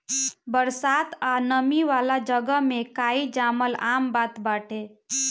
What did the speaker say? बरसात आ नमी वाला जगह में काई जामल आम बात बाटे